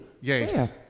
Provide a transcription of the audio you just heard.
Yes